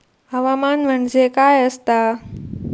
हवामान म्हणजे काय असता?